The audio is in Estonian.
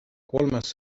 kolmas